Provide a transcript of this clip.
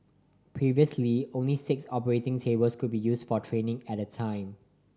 previously only six operating tables could be used for training at a time